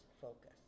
focus